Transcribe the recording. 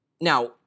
Now